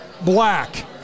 black